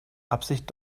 absicht